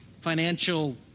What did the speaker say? financial